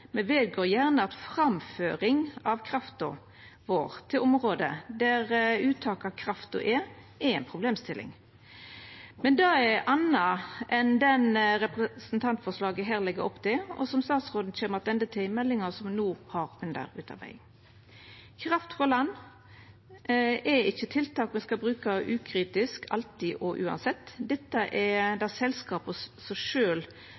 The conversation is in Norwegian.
me vedgår gjerne at framføring av krafta vår til område der uttaket av krafta er, er ei problemstilling. Men det er ei anna problemstilling enn det representantforslaget her legg opp til, og som statsråden kjem attende til i meldinga som no er under utarbeiding. Kraft frå land er ikkje tiltak me skal bruka ukritisk, alltid og uansett. Det er